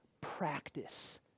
practice